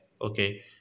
Okay